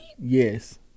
Yes